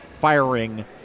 firing